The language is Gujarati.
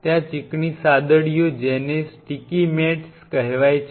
ત્યાં ચીકણી સાદડીઓ જેને સ્ટીકી મેટ્સ કહેવાય છે